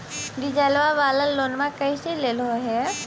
डीजलवा वाला लोनवा कैसे लेलहो हे?